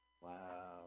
Wow